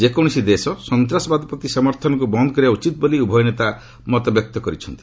ଯେକୌଣସି ଦେଶ ସନ୍ତାସବାଦ ପ୍ରତି ସମର୍ଥନକୁ ବନ୍ଦ କରିବା ଉଚିତ ବୋଲି ଉଭୟ ନେତା ମତବ୍ୟକ୍ତ କରିଛନ୍ତି